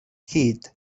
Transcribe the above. hud